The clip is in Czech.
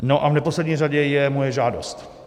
No a v neposlední řadě je moje žádost.